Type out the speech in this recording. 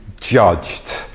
judged